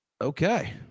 Okay